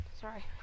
Sorry